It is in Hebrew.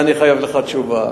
על זה אני חייב לך תשובה.